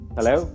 Hello